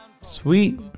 sweet